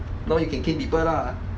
now you can K people lah